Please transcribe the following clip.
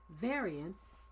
variance